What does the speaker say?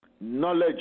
Knowledge